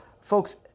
Folks